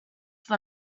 the